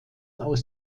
aus